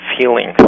feeling